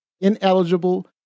ineligible